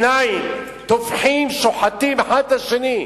הפלסטינים טובחים, שוחטים אחד את השני.